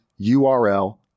URL